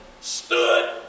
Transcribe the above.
stood